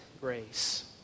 grace